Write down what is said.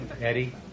Eddie